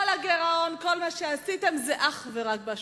כל הגירעון, כל מה שעשיתם, זה אך ורק באשמתכם.